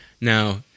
Now